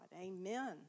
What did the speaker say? Amen